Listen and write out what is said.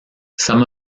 some